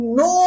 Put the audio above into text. no